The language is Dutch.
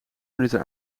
minuten